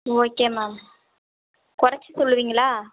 okay ma'am குறைத்து சொல்லுவீங்களா